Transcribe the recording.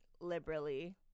liberally